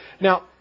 Now